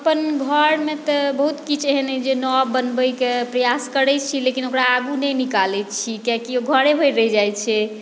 अपन घरमे तऽ बहुत किछु एहन अहि जे नव बनबैकेँ प्रयास करै छी लेकिन ओकरा आगु नहि निकालै छी कियाकि ओ घरे भरि रहि जाइ छै